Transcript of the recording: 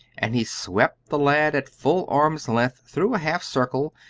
and he swept the lad at full arm's length, through a half circle,